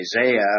Isaiah